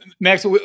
Max